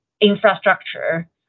infrastructure